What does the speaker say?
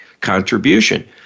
contribution